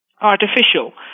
artificial